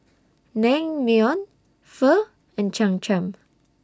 Naengmyeon Pho and Cham Cham